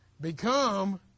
become